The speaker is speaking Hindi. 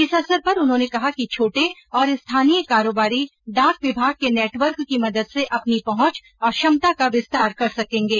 इस अवसर पर उन्होंने कहा कि छोटे और स्थानीय कारोबारी डाक विभाग के नेटवर्क को मदद से अपनी पहुंच और क्षमता का विस्तार कर सकेंगे